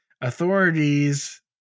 authorities